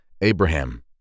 Abraham